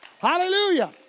Hallelujah